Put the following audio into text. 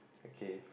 okay